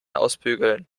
ausbügeln